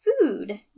food